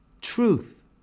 Truth